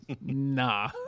nah